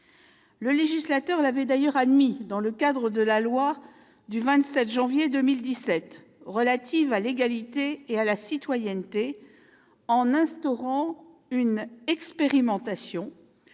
Le législateur l'avait d'ailleurs admis dans le cadre de la loi du 27 janvier 2017 relative à l'égalité et à la citoyenneté en instaurant une expérimentation